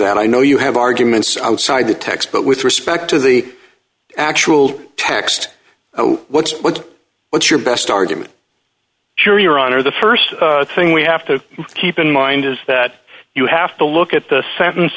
that i know you have arguments outside the text but with respect to the actual text what's what's your best argument sure your honor the st thing we have to keep in mind is that you have to look at the sentence